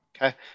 Okay